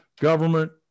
government